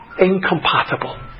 incompatible